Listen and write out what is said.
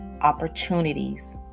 opportunities